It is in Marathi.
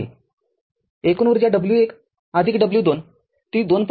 आता एकूण ऊर्जा w 1 w 2 ती २